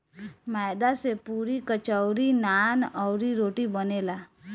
मैदा से पुड़ी, कचौड़ी, नान, अउरी, रोटी बनेला